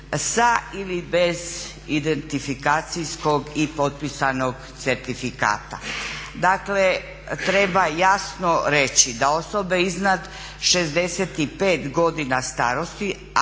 sa ili bez identifikacijskog i potpisanog certifikata. Dakle treba jasno reći da osobe iznad 65 godina starosti,